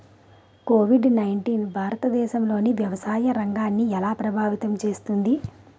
Covid nineteen భారతదేశంలోని వ్యవసాయ రంగాన్ని ఎలా ప్రభావితం చేస్తుంది?